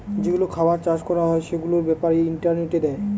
যেগুলো খাবার চাষ করা হয় সেগুলোর ব্যাপারে ইন্টারনেটে দেয়